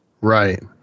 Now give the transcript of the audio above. right